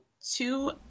two